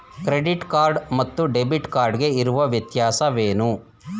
Credit card ಮತ್ತು debit card ಗೆ ಇರುವ ವ್ಯತ್ಯಾಸವೇನು?